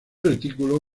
retículo